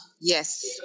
yes